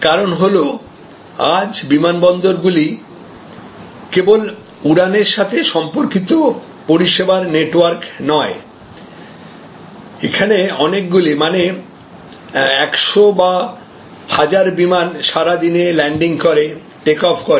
কারণ হল আজ বিমানবন্দরগুলি কেবল উড়ানের সাথে সম্পর্কিত পরিষেবার নেটওয়ার্ক নয় এখানে অনেকগুলি মানে 100 বা 1000 বিমান সারা দিনে ল্যান্ডিং করে টেক অফ করে